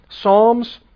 Psalms